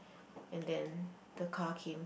and then the car came